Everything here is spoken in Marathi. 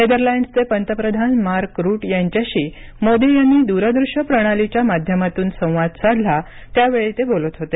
नेदरलँडस्चे पंतप्रधान मार्क रुट यांच्याशी मोदी यांनी दूरदृश्य प्रणालीच्या माध्यमातून संवाद साधला त्यावेळी ते बोलत होते